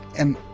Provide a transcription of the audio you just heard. and,